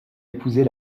épouser